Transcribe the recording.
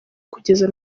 kugeza